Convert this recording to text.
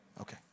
Okay